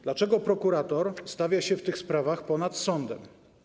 Dlaczego prokurator stawia się w tych sprawach ponad sądem?